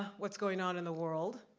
what's going on in the world,